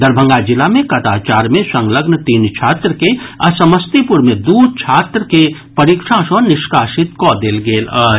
दरभंगा जिला मे कदाचार मे संलग्न तीन छात्र के आ समस्तीपुर मे दू छात्र के परीक्षा सॅ निष्कासित कऽ देल गेल अछि